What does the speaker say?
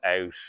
out